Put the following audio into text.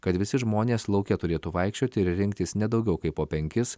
kad visi žmonės lauke turėtų vaikščioti ir rinktis ne daugiau kaip po penkis